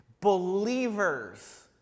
Believers